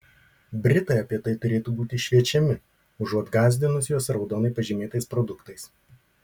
britai apie tai turėtų būti šviečiami užuot gąsdinus juos raudonai pažymėtais produktais